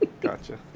Gotcha